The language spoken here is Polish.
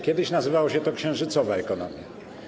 Kiedyś nazywało się to księżycowa ekonomia.